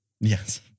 Yes